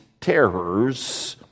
terrors